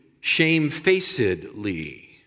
shamefacedly